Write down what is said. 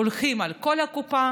הולכים על כל הקופה